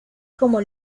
como